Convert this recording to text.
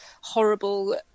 horrible